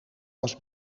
was